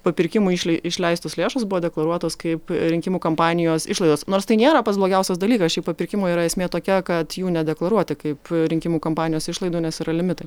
papirkimui išlei išleistos lėšos buvo deklaruotos kaip rinkimų kampanijos išlaidos nors tai nėra pats blogiausias dalykas šiaip papirkimų yra esmė tokia kad jų nedeklaruoti kaip rinkimų kampanijos išlaidų nes yra limitai